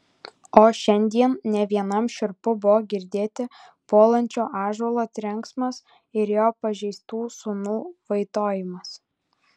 o šiandien ne vienam šiurpu buvo girdėti puolančio ąžuolo trenksmas ir jo pažeistų sūnų vaitojimas